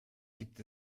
gibt